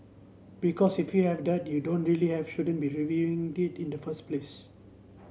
because if you have then you don't really have shouldn't be reviewing it in the first place